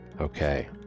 Okay